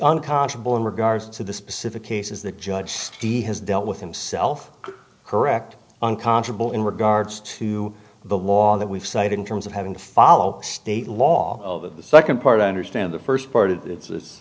unconscionable in regards to the specific cases the judge has dealt with himself correct unconscionable in regards to the law that we've cited in terms of having to follow state law of the second part i understand the first part